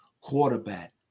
quarterback